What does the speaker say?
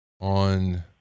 on